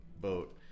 boat